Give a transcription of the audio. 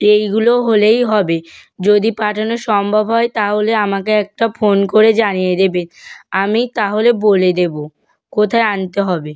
এইগুলো হলেই হবে যদি পাঠানো সম্ভব হয় তাহলে আমাকে একটা ফোন করে জানিয়ে দেবে আমি তাহলে বলে দেবো কোথায় আনতে হবে